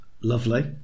lovely